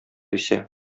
исә